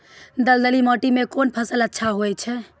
दलदली माटी म कोन फसल अच्छा होय छै?